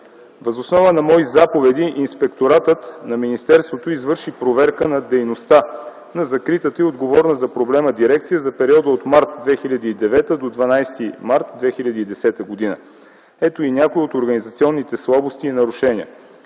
Въз основа на мои заповеди Инспекторатът на министерството извърши проверка на дейността на закритата и отговорна за проблема дирекция за периода от м. март 2009 г. до 12 март 2010 г. Ето и някои от организационните слабости и нарушения.